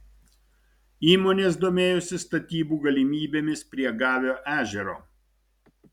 įmonės domėjosi statybų galimybėmis prie gavio ežero